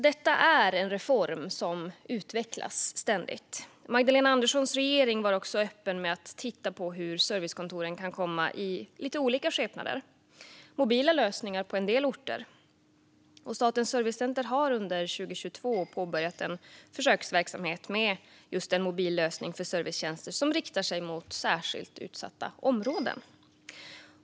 Detta är en reform som ständigt utvecklas. Magdalena Anderssons regering var också öppen för att titta på hur servicekontoren kan komma i lite olika skepnader, som mobila lösningar på en del orter. Statens servicecenter påbörjade under 2022 en försöksverksamhet med en mobil lösning för servicetjänster som ska rikta sig särskilt mot socialt utsatta områden.